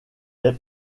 est